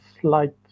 slight